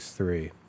three